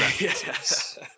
yes